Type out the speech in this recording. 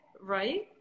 right